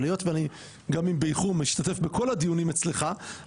אבל היות ואני גם אם באיחור משתתף בכל הדיונים אצלך,